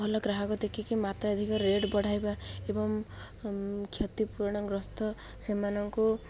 ଭଲ ଗ୍ରାହକ ଦେଖିକି ମାାତ୍ରାଧିକ ରେଟ୍ ବଢ଼ାଇବା ଏବଂ କ୍ଷତିପୂୁରଣ ଗ୍ରସ୍ତ ସେମାନଙ୍କୁ